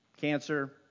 Cancer